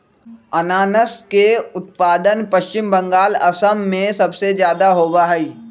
अनानस के उत्पादन पश्चिम बंगाल, असम में सबसे ज्यादा होबा हई